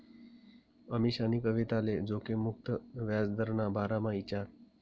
अमीशानी कविताले जोखिम मुक्त याजदरना बारामा ईचारं